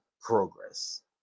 progress